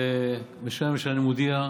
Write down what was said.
בשם הממשלה אני מודיע: